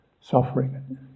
suffering